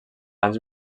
anys